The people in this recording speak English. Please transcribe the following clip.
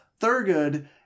Thurgood